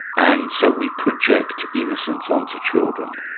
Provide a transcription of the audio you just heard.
and so we project innocence on to children?